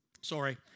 Sorry